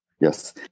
Yes